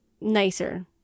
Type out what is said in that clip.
nicer